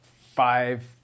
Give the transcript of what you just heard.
five